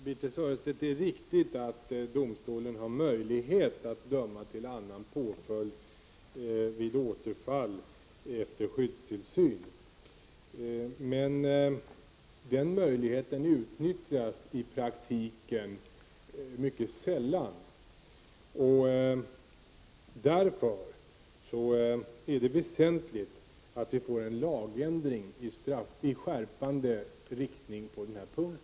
Herr talman! Det är riktigt, Birthe Sörestedt, att domstolen har möjlighet att döma till annan påföljd vid återfall efter skyddstillsynsdom. Den möjligheten utnyttjas dock i praktiken mycket sällan. Därför är det väsentligt att vi får en lagändring i skärpande riktning på denna punkt.